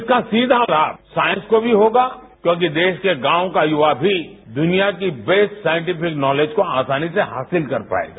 इसका सीधा लाभ साइंस को भी होगा क्योंकि देश के गांवों का युवा भी दुनिया की बेस्ट साइंसटिफिक नॉलेज को आसानी से हासिल कर पाएगा